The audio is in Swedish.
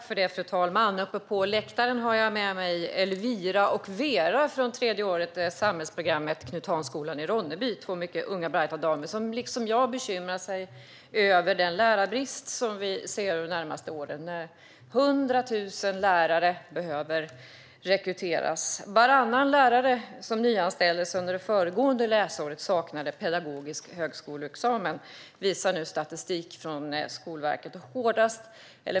Fru talman! Uppe på läktaren har jag med mig Elvira och Vera, som går tredje året på samhällsprogrammet på Knut Hahnsskolan i Ronneby, två mycket unga och brighta damer som liksom jag bekymrar sig över den lärarbrist vi ser de närmaste åren, när 100 000 lärare behöver rekryteras. Varannan lärare som nyanställdes under det föregående läsåret saknade pedagogisk högskoleexamen, visar nu statistik från Skolverket.